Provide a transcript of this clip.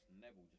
Neville